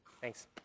Thanks